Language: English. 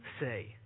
say